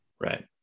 Right